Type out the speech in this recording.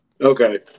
Okay